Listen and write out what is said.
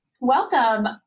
Welcome